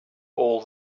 all